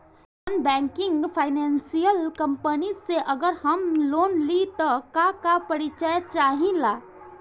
Non banking financial company से अगर हम लोन लि त का का परिचय चाहे ला?